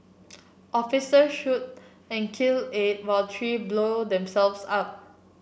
officers shoot and kill eight while three blow themselves up